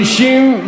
התשע"ג 2013, נתקבלה.